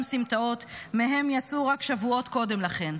סמטאות שמהן יצאו רק שבועות קודם לכן.